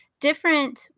different